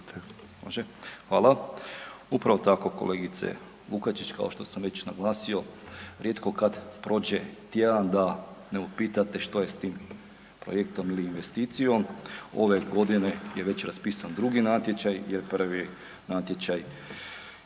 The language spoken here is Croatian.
Hvala. Upravo tako kolegice Lukačić, kao što sam već naglasio, rijetko kad prođe tjedan da ne upitate što je s tim projektom ili investicijom. Ove godine je već raspisan drugi natječaj jer prvi natječaj,